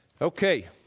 Okay